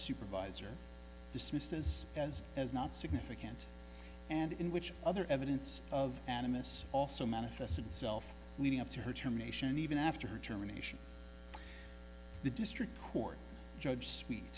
supervisor dismissed as as as not significant and in which other evidence of animists also manifested itself leading up to her term nation even after her determination the district court judge s